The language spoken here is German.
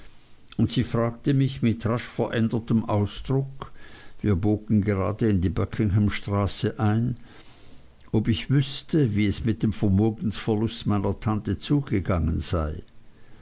und sie fragte mich mit rasch verändertem ausdruck wir bogen gerade in die buckingham straße ein ob ich wüßte wie es mit dem vermögensverlust meiner tante zugegangen sei